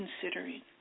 considering